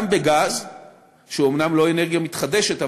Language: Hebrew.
גם בגז שהוא אומנם לא אנרגיה מתחדשת,